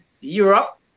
europe